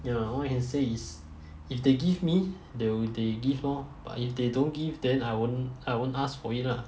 ya all I can say is if they give me they will they give orh but if they don't give then I won't I won't ask for it lah